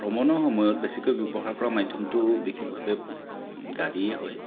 ভ্ৰমণৰ সময়ত বেছিকৈ ব্যৱহাৰ কৰা মাধ্যমটো বিশেষভাৱে গাড়ীয়ে হয়